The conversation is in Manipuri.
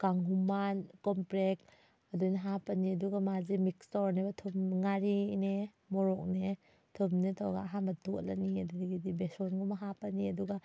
ꯀꯥꯡꯍꯨꯃꯥꯟ ꯀꯣꯝꯄ꯭ꯔꯦꯛ ꯑꯗꯨꯃꯥꯏꯅ ꯍꯥꯞꯄꯅꯤ ꯑꯗꯨꯒ ꯃꯥꯁꯦ ꯃꯤꯛꯁ ꯇꯧꯔꯅꯦꯕ ꯊꯨꯝ ꯉꯥꯔꯤꯅꯦ ꯃꯣꯔꯣꯛꯅꯦ ꯊꯨꯝꯅꯦ ꯇꯧꯔ ꯑꯍꯥꯝꯕꯗ ꯇꯣꯠꯂꯅꯤ ꯑꯗꯨꯗꯒꯤꯗꯤ ꯕꯦꯁꯣꯟꯒꯨꯝꯕ ꯍꯥꯞꯄꯅꯤ ꯑꯗꯨꯒ